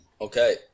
Okay